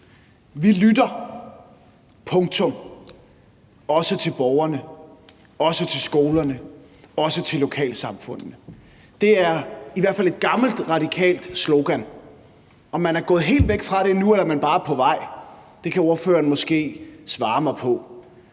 »Vi lytter. Også til borgerne. Også til skolerne. Også til lokalsamfundene.« Det er i hvert fald et gammelt radikalt slogan. Om man er gået helt væk fra det nu, eller om man bare er på vej, kan ordføreren måske svare mig på.